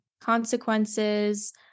consequences